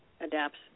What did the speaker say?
adapts